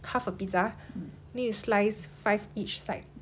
half a pizza need to slice five each side